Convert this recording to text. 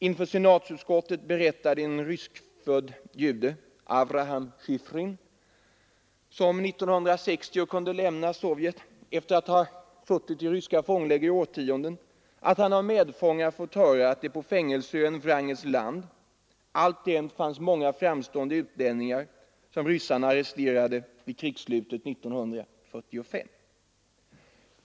Inför senatsutskottet berättade en rysk jude, Avraham Shifrin, som 1960 kunde lämna Sovjet efter att i årtionden ha suttit i ryska fångläger, att han av medfångar fått höra att det på fängelseön Wrangels land alltjämt fanns många framstående utlänningar som ryssarna arresterade vid krigsslutet 1945.